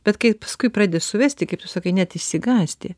bet kai paskui pradedi suvesti kaip tu sakai net išsigąsti